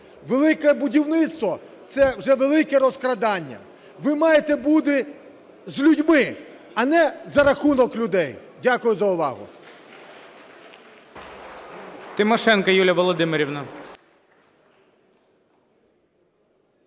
"Велике будівництво" – це вже велике розкрадання. Ви маєте бути з людьми, а не за рахунок людей. Дякую за увагу.